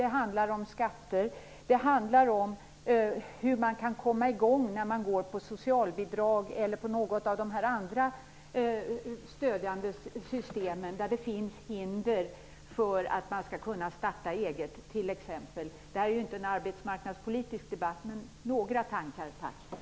Det handlar bl.a. om skatter, och om hur man kan komma i gång när man går på socialbidrag eller finns inom något av de andra stödjande systemen. Här finns det hinder för att kunna starta eget t.ex. Detta är ju inte en arbetsmarknadspolitisk debatt - men kan vi få några tankar, tack!